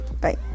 Bye